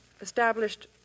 established